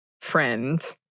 friend